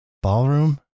Ballroom